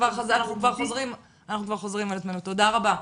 תודה רבה.